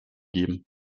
geben